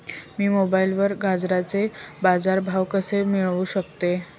मी मोबाईलवर गाजराचे बाजार भाव कसे मिळवू शकतो?